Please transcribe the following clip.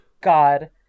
God